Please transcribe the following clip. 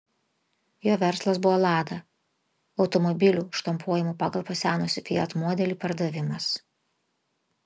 jo verslas buvo lada automobilių štampuojamų pagal pasenusį fiat modelį pardavimas